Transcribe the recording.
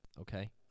okay